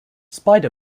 spider